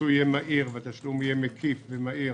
שהפיצוי יהיה מהיר והתשלום יהיה מקיף ומהיר,